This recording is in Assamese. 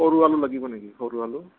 সৰু আলু লাগিব নেকি সৰু আলু